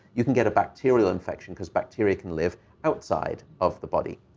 you can get a bacterial infection because bacteria can live outside of the body.